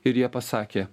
ir jie pasakė